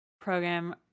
program